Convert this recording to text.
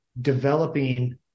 developing